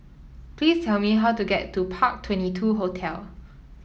please tell me how to get to Park Twenty two Hotel